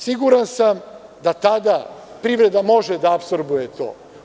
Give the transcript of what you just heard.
Siguran sam da tada privreda može da apsorbuje to.